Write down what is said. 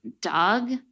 Doug